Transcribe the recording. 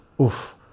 oof